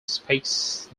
speaks